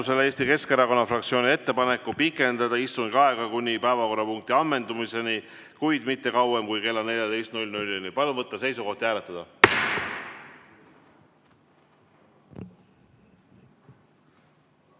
Eesti Keskerakonna fraktsiooni ettepaneku pikendada istungi aega kuni päevakorrapunkti ammendumiseni, kuid mitte kauem kui kella 14-ni. Palun võtta seisukoht ja hääletada!